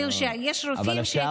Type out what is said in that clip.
כאילו יש רופאים שהם,